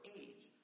age